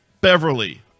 Beverly